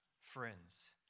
friends